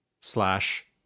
Slash